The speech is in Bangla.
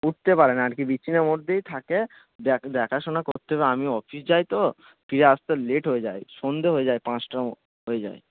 উঠতে পারে না আর কি বিছানার মধ্যেই থাকে দেখাশোনা করতে তো আমি অফিস যাই তো ফিরে আসতে লেট হয়ে যায় সন্ধ্যা হয়ে যায় পাঁচটা হয়ে যায়